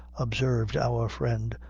observed our friend,